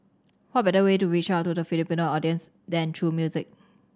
what better way to reach out to the Filipino audience than true music